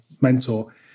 mentor